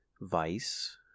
vice